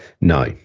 No